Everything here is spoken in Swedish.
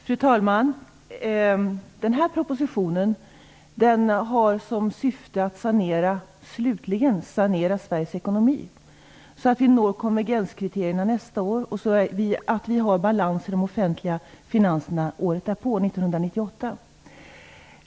Fru talman! Den här propositionen har som syfte att slutligen sanera Sveriges ekonomi så att vi kan nå konvergenskriterierna nästa år och så att vi får balans i de statliga finanserna året därpå, 1998.